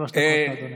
שלוש דקות לאדוני.